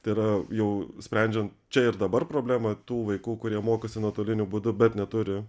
tai yra jau sprendžiant čia ir dabar problemą tų vaikų kurie mokosi nuotoliniu būdu bet neturi